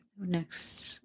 next